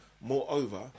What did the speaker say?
moreover